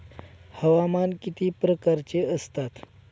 हवामान किती प्रकारचे असतात?